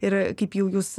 ir kaip jūs